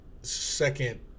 Second